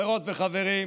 חברות וחברים,